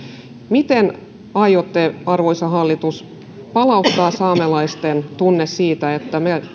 miten aiotte arvoisa hallitus palauttaa saamelaisten tunteen siitä että me